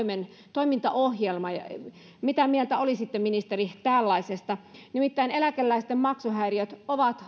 toimintaohjelma mitä mieltä olisitte ministeri tällaisesta eläkeläisten maksuhäiriöt ovat